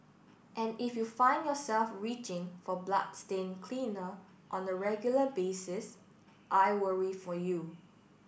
and if you find yourself reaching for bloodstain cleaner on a regular basis I worry for you